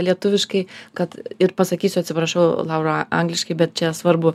lietuviškai kad ir pasakysiu atsiprašau laura angliškai bet čia svarbu